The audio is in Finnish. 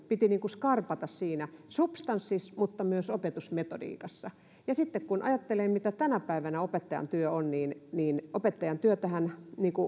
skarpata siinä substanssissa mutta myös opetusmetodiikassa sitten kun ajattelee mitä tänä päivänä opettajan työ on niin niin opettajan työtähän